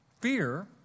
fear